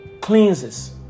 cleanses